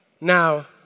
Now